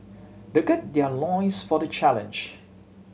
they gird their loins for the challenge